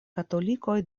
katolikoj